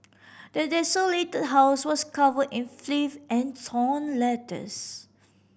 the desolated house was covered in filth and torn letters